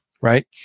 right